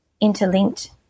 interlinked